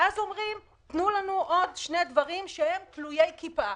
ואז אומרים: תנו לנו עוד שני דברים שהם תלוי כיפה,